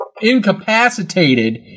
incapacitated